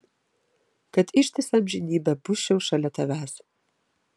kad ištisą amžinybę busčiau šalia tavęs